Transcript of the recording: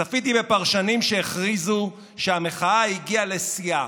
צפיתי בפרשנים שהכריזו שהמחאה הגיעה לשיאה.